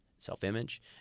self-image